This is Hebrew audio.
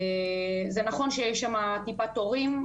זה נכון שיש שם טיפה תורים,